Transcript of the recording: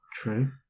True